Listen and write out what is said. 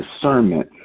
discernment